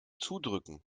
zudrücken